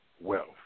Wealth